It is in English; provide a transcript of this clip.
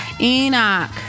Enoch